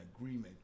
agreement